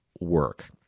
work